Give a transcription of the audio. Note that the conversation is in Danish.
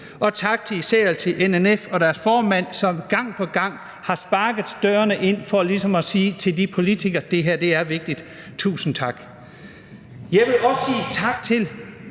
Og især til NNF og deres formand, som gang på gang har sparket dørene ind for ligesom at sige til de politikere: Det her er vigtigt. Tusind tak.